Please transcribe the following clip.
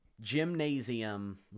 gymnasium